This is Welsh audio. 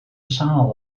sâl